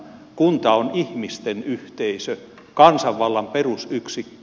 kunta on ihmisten yhteisö kansanvallan perusyksikkö